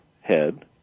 head